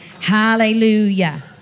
Hallelujah